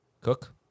Cook